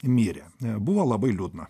mirėbuvo labai liūdna